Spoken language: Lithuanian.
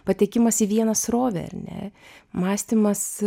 patekimas į vieną srovę ar ne mąstymas